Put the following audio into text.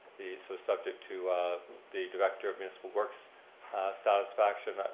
so subject to the director of municipal works satisfaction.